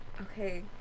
Okay